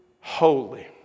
holy